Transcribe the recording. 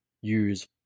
use